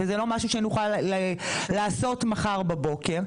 וזה לא משהו שנוכל לעשות מחר בבוקר.